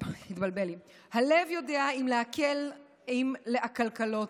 "'הלב יודע אם לעֵקֶל אם לעֲקַלְקַלּוֹת',